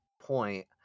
point